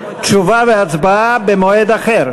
קובע כי גם ההחלטה השנייה של ועדת הכספים,